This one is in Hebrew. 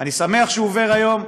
אני שמח שהוא עובר היום,